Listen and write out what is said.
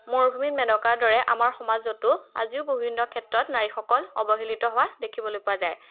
মৰুভূমিত মেনকাৰ দৰে আমাৰ সমাজতো আজিও বিভিন্ন ক্ষেত্ৰত নাৰীসকল অৱহেলিত হোৱা দেখিবলৈ পোৱা যায়